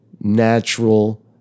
natural